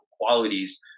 qualities